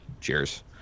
cheers